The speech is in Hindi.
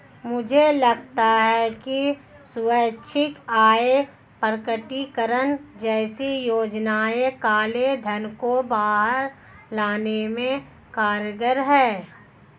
मुझे लगता है कि स्वैच्छिक आय प्रकटीकरण जैसी योजनाएं काले धन को बाहर लाने में कारगर हैं